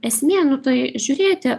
o esmė nu tai žiūrėti